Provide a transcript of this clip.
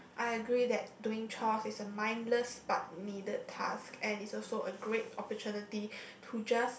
I agree that doing chores is a mindless but needed task and it's also a great opportunity to just